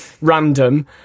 random